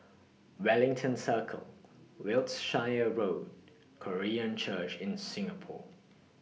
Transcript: Wellington Circle Wiltshire Road Korean Church in Singapore